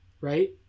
right